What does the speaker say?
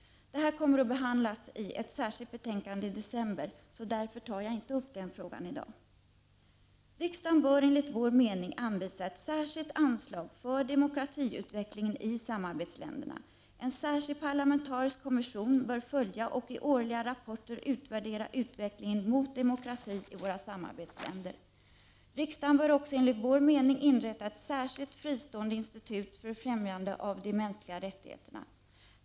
Detta kommer att behandlas i ett särskilt betänkande i december. Därför tar jag inte upp den frågan i dag. Riksdagen bör enligt vår mening anvisa ett särskilt anslag för demokratiutvecklingen i samarbetsländerna. En särskild parlamentarisk kommission bör följa och i årliga rapporter utvärdera utvecklingen mot demokrati i våra samarbetsländer. Riksdagen bör också enligt vår mening inrätta ett särskilt fristående institut för ffträmjande av de mänskliga rättigheterna.